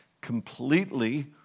completely